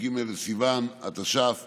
כ"ג בסיוון התש"ף